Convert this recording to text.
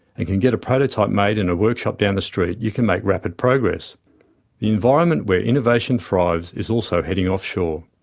and can get a prototype made in a workshop down the street, you can make rapid progress. the environment where innovation thrives is also heading offshore.